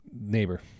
Neighbor